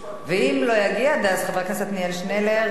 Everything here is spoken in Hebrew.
ואם לא יגיע עד אז חבר הכנסת עתניאל שנלר,